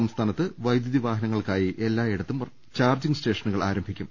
സംസ്ഥാനത്ത് ഉവൈദ്യുതി വാഹനങ്ങൾക്കായി എല്ലായിടത്തും ചാർജ്ജിങ് സ്റ്റേഷനുകൾ ആരംഭിക്കും